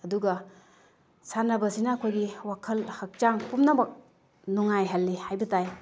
ꯑꯗꯨꯒ ꯁꯥꯟꯅꯕꯁꯤꯅ ꯑꯩꯈꯣꯏꯒꯤ ꯋꯥꯈꯜ ꯍꯛꯆꯥꯡ ꯄꯨꯝꯅꯃꯛ ꯅꯨꯡꯉꯥꯏꯍꯜꯂꯤ ꯍꯥꯏꯕ ꯇꯥꯏ